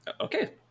Okay